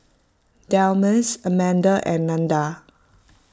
Delmus Amanda and Nada